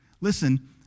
listen